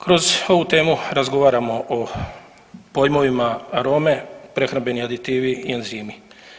Kroz ovu temu razgovaramo o pojmovima arome, prehrambenih aditiva i enzima.